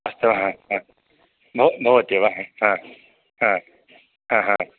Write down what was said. अस्तु ह ह भव भवति वा ह ह ह ह